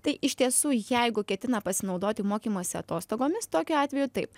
tai iš tiesų jeigu ketina pasinaudoti mokymosi atostogomis tokiu atveju taip